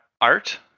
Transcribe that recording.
art